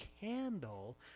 candle